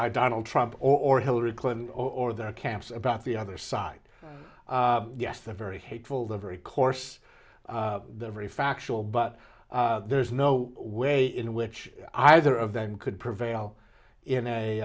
by donald trump or hillary clinton or their camps about the other side yes the very hateful the very course the very factual but there's no way in which either of them could prevail in a